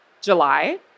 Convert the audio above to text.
July